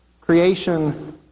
Creation